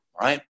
right